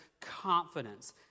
confidence